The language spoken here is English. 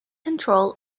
control